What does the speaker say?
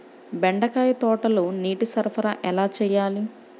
బెండకాయ తోటలో నీటి సరఫరా ఎలా చేయాలి?